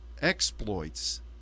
exploits